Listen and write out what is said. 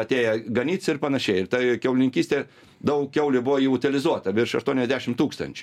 atėję ganytis ir panašiai ir ta kiaulininkystė daug kiaulių buvo jau utilizuota virš aštuoniasdešim tūkstančių